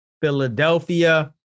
Philadelphia